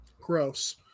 Gross